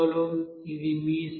ఇది మీ cin